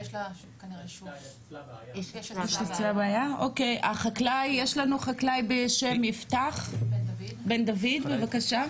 יש אצלה בעיה, אוקיי, החקלאי יפתח בן דוד, בבקשה.